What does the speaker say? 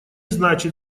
значит